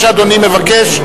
מה שאדוני מבקש.